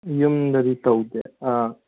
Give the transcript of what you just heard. ꯌꯨꯝꯗꯗꯤ ꯇꯧꯗꯦ ꯑꯥ